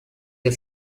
the